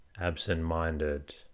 absent-minded